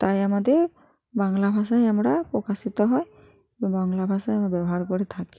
তাই আমাদের বাংলা ভাষায় আমরা প্রকাশিত হয় এবং বাংলা ভাষাই আমরা ব্যবহার করে থাকি